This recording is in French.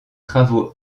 travaux